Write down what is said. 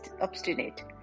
obstinate